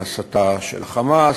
מהסתה של ה"חמאס",